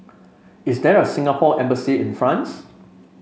is there a Singapore Embassy in France